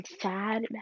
sad